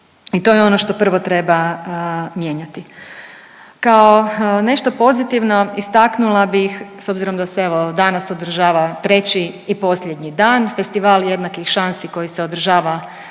I to je ono što prvo treba mijenjati. Kao nešto pozitivno istaknula bih s obzirom da se evo danas održava treći i posljednji dan Festival jednakih šansi koji se održava